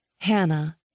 Hannah